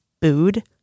booed